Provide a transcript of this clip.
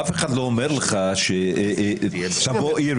אף אחד לא אומר לך שתבוא עיר,